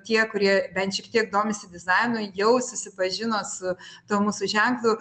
tie kurie bent šiek tiek domisi dizainu jau susipažino su tuo mūsų ženklu